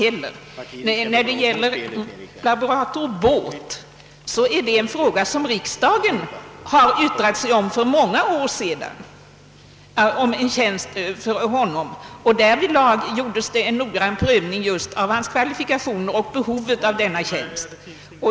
Inrättandet av en professur för laborator Båth har riksdagen yttrat sig om för många år sedan, Därvid gjordes en noggrann prövning av just hans kvalifikationer och behovet av denna tjänst.